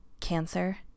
Cancer